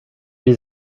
les